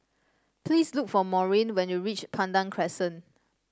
please look for Maurine when you reach Pandan Crescent